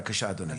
בבקשה אדוני.